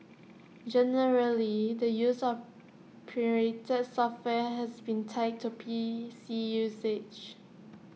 generally the use of pirated software has been tied to P C usage